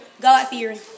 God-fearing